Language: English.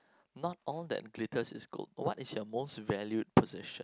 not all that glitters is gold what is your most valued possession